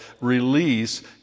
release